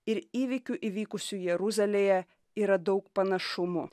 ir įvykių įvykusių jeruzalėje yra daug panašumų